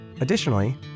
Additionally